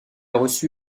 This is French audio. reçu